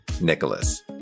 Nicholas